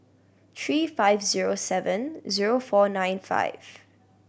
three five zero seven zero four nine five